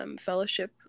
fellowship